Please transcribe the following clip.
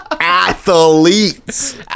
Athletes